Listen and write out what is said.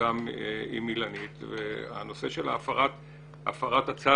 רבות גם עם אילנית והנושא של הפרת הצו,